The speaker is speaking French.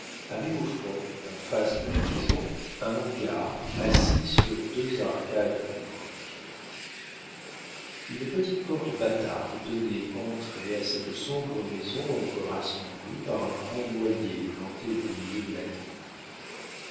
avait au fond en face de la maison un hangar assis sur deux arcades en briques une petite porte bâtarde donnait entrée à cette sombre maison encore assombrie par un grand noyer planté au milieu de la cour